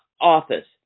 office